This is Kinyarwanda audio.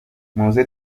muze